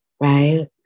Right